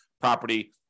property